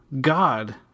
God